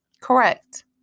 Correct